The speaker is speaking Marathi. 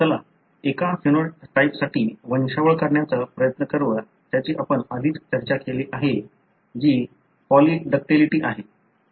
चला एका फेनोटाइपसाठी वंशावळ काढण्याचा प्रयत्न करूया ज्याची आपण आधीच चर्चा केली आहे जी पॉलीडॅक्टिली आहे